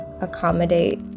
accommodate